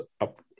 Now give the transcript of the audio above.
up